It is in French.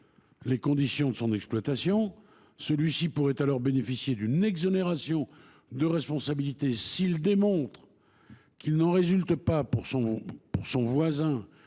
les conditions de son exploitation pourra bénéficier d’une exonération de responsabilité s’il démontre qu’il n’en résulte pas pour son voisin